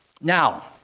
Now